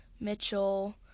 Mitchell